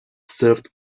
served